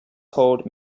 called